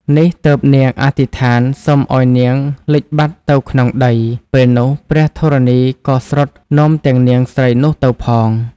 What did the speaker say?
នេះទើបនាងអធិដ្ឋានសុំឲ្យនាងលិចបាត់ទៅក្នុងដី ពេលនោះ ព្រះធរណីក៏ស្រុតនាំទាំងនាងស្រីនោះទៅផង។